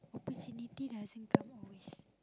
opportunity doesn't come always